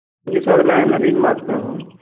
जी sir मैं नवीन बात कर